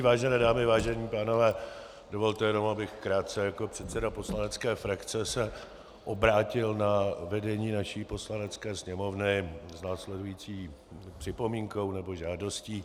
Vážené dámy, vážení pánové, dovolte jenom, abych krátce jako předseda poslanecké frakce se obrátil na vedení naší Poslanecké sněmovny s následující připomínkou nebo žádostí.